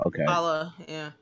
Okay